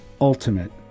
ultimate